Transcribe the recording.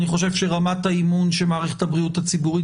אני חושב שרמת האמון שמערכת הבריאות הציבורית